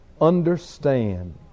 understand